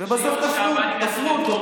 בסוף תפרו אותו,